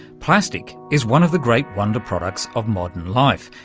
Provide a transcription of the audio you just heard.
plastic is one of the great wonder products of modern life.